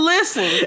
Listen